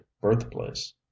birthplace